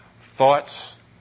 Thoughts